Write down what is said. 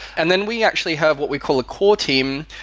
and then we actually have what we call a core team,